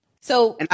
So-